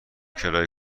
کرایه